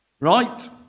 Right